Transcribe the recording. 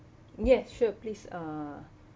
yes sure please uh